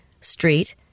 Street